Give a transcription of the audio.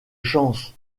chance